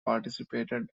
participated